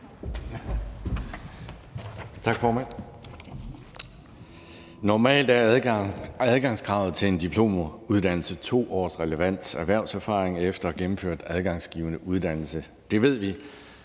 Tak for det.